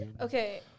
Okay